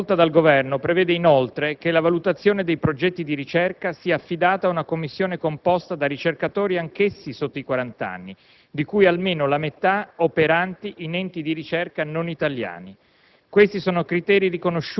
La norma che è stata accolta dal Governo prevede, inoltre, che la valutazione dei progetti di ricerca sia affidata ad una commissione composta da ricercatori anch'essi sotto i quarant'anni, di cui almeno la metà operanti in enti di ricerca non italiani.